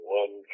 one